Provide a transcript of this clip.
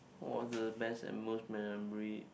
what's the best and most memory